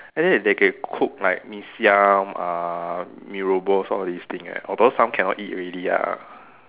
and then they can cook like Mee-Siam uh Mee-Rebus all these things eh although some cannot eat already ah